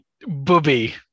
Booby